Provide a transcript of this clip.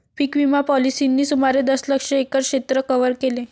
पीक विमा पॉलिसींनी सुमारे दशलक्ष एकर क्षेत्र कव्हर केले